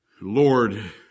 Lord